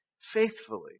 faithfully